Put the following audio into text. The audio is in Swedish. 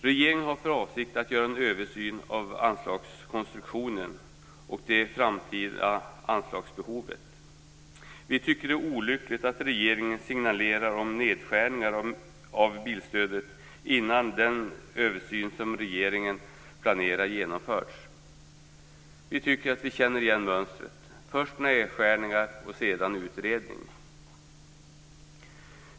Regeringen har för avsikt att göra en översyn av anslagskonstruktionen och det framtida anslagsbehovet. Vi tycker att det är olyckligt att regeringen signalerar nedskärningar i bilstödet innan den översyn som regeringen planerar genomförs. Vi tycker att vi känner igen mönstret: först nedskärningar, sedan utredning.